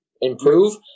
improve